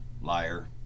liar